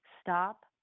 stop